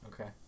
Okay